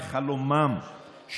חלומם,